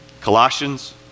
Colossians